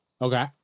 Okay